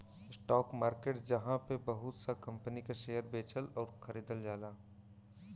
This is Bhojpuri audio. स्टाक मार्केट जहाँ पे बहुत सा कंपनी क शेयर बेचल आउर खरीदल जाला